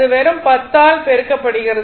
அது வெறும் 10 ஆல் பெருக்கப்படுகிறது